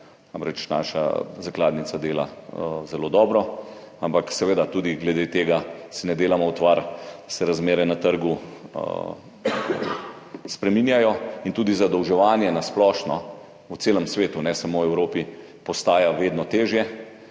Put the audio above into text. namreč naša zakladnica dela zelo dobro, ampak seveda tudi glede tega si ne delamo utvar, razmere na trgu se spreminjajo in tudi zadolževanje na splošno v celem svetu, ne samo v Evropi, postaja vedno težje.